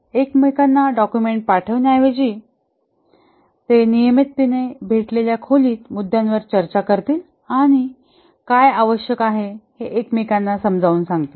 एकमेकांना डॉक्युमेंट पाठवण्याऐवजी ते नियमितपणे भेटलेल्या खोलीत मुद्द्यांवर चर्चा करतील आणि काय आवश्यक आहे हे एकमेकांना समजावून सांगतील